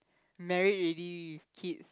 married already with kids